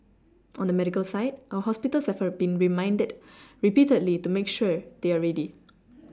on the medical side our hospitals have been reminded repeatedly to make sure they are ready